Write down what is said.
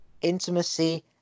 intimacy